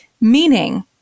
Meaning